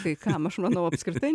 vaikam aš manau apskritai